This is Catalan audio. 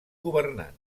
governants